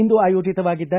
ಇಂದು ಆಯೋಜಿತವಾಗಿದ್ದ